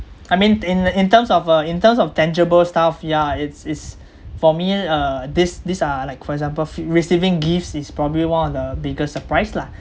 I mean in in terms of uh in terms of tangible stuff yeah it's it's for me uh these these are like for example f~ receiving gifts is probably one of the biggest surprise lah